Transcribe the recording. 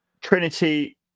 Trinity